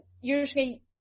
usually –